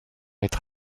être